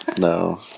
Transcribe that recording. No